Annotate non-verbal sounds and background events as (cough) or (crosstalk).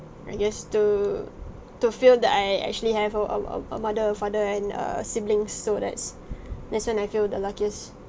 I guess to to feel that I actually have a a a a mother a father and err siblings so that's (breath) that's when I feel the luckiest